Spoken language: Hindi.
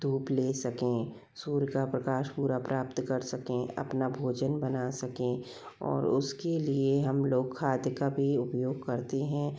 धूप ले सकें सूर्य का प्रकाश पूरा प्राप्त कर सकें अपना भोजन बना सकें और उसके लिए हम लोग खाद का भी उपयोग करते हैं